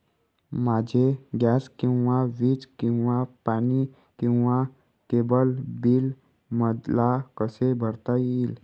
माझे गॅस किंवा वीज किंवा पाणी किंवा केबल बिल मला कसे भरता येईल?